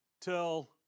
till